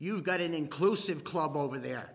you've got an inclusive club over there